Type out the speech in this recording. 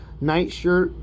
nightshirt